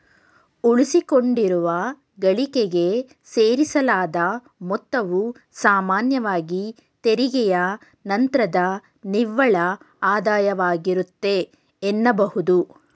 ಉಳಿಸಿಕೊಂಡಿರುವ ಗಳಿಕೆಗೆ ಸೇರಿಸಲಾದ ಮೊತ್ತವು ಸಾಮಾನ್ಯವಾಗಿ ತೆರಿಗೆಯ ನಂತ್ರದ ನಿವ್ವಳ ಆದಾಯವಾಗಿರುತ್ತೆ ಎನ್ನಬಹುದು